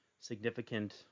significant